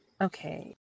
Okay